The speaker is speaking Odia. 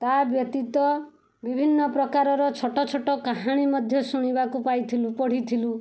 ତା' ବ୍ୟତୀତ ବିଭିନ୍ନପ୍ରକାରର ଛୋଟଛୋଟ କାହାଣୀ ମଧ୍ୟ ଶୁଣିବାକୁ ପାଇଥିଲୁ ପଢ଼ିଥିଲୁ